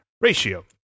ratio